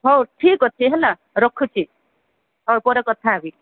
ହଉ ଠିକ୍ ଅଛି ହେଲା ରଖୁଛି ହଉ ପରେ କଥା ହେବି